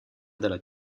della